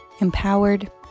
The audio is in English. empowered